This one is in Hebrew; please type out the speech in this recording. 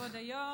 כבוד היו"ר,